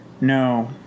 No